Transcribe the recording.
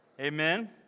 Amen